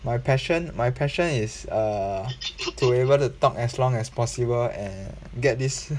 my passion my passion is err to able to talk as long as possible and get this